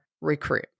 recruit